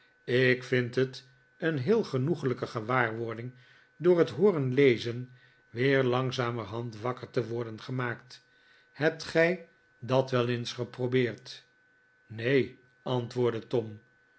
ik vind het een heel genoeglijke gewaarwording door het hooren lezen weer langzamerhand wakker te worden gemaakt hebt gij dat wel eens geprobeerd neen antwoordde tom